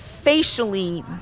Facially